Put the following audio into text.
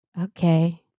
Okay